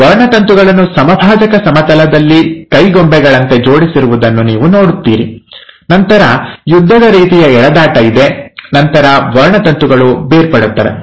ಈ ವರ್ಣತಂತುಗಳನ್ನು ಸಮಭಾಜಕ ಸಮತಲದಲ್ಲಿ ಕೈಗೊಂಬೆಗಳಂತೆ ಜೋಡಿಸಿರುವುದನ್ನು ನೀವು ನೋಡುತ್ತೀರಿ ನಂತರ ಯುದ್ಧದ ರೀತಿಯ ಎಳೆದಾಟ ಇದೆ ನಂತರ ವರ್ಣತಂತುಗಳು ಬೇರ್ಪಡುತ್ತವೆ